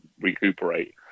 recuperate